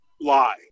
lie